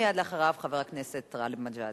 ומייד אחריו, חבר הכנסת גאלב מג'אדלה.